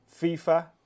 FIFA